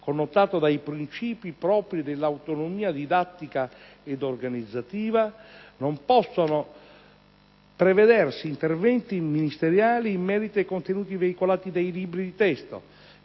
connotato dai princìpi propri dell'autonomia didattica ed organizzativa, non possono prevedersi interventi ministeriali in merito ai contenuti veicolati dai libri di testo,